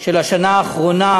של השנה האחרונה,